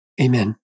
Amen